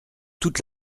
toute